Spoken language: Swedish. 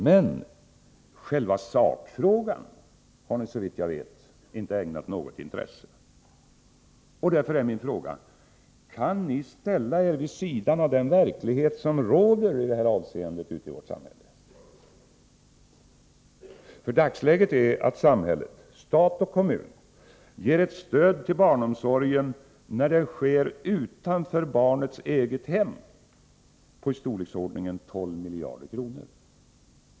Men själva sakfrågan har ni såvitt jag vet inte ägnat något intresse. Därför är min fråga till er: Kan ni ställa er vid sidan av den verklighet som råder i detta avseende ute i vårt samhälle? Dagsläget är att samhället — stat och kommun — ger ett stöd till barnomsorgen, när den sker utanför barnets eget hem, på i storleksordningen 12 miljarder kronor.